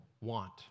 want